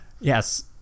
Yes